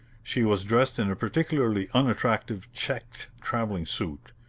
she was dressed in a particularly unattractive checked traveling suit,